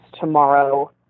tomorrow